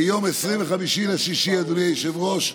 ביום 25 ביוני, אדוני היושב-ראש,